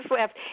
left